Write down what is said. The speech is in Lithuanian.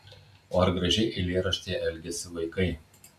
o ar gražiai eilėraštyje elgiasi vaikai